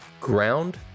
ground